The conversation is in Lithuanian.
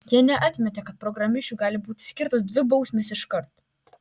jie neatmetė kad programišiui gali būti skirtos dvi bausmės iškart